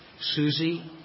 Susie